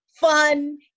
fun